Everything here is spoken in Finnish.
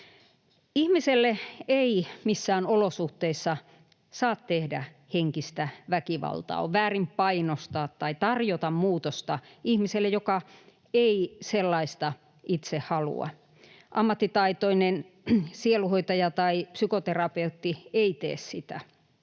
Ihmiselle ei missään olosuhteissa saa tehdä henkistä väkivaltaa. On väärin painostaa tai tarjota muutosta ihmiselle, joka ei sellaista itse halua. Ammattitaitoinen sielunhoitaja tai psykoterapeutti ei tee sitä.